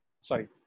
sorry